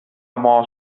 mos